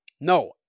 no